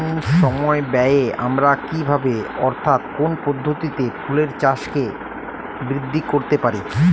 কম সময় ব্যায়ে আমরা কি ভাবে অর্থাৎ কোন পদ্ধতিতে ফুলের চাষকে বৃদ্ধি করতে পারি?